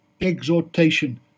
exhortation